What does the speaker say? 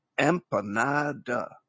Empanada